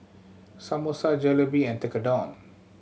Samosa Jalebi and Tekkadon